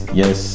yes